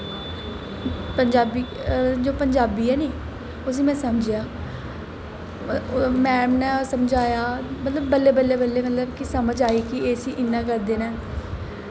जो पंजाबी ऐ नी में उस्सी समझेआ मैम नै ओह् समझाया बल्लैं बल्लैं बल्लैं मतबव मिगी समझ आया कि इस्सी इ'यां करदे न